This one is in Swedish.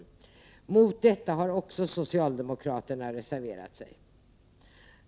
Också mot detta har socialdemokraterna reserverat sig.